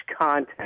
content